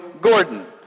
Gordon